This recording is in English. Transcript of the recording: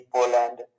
Poland